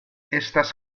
estas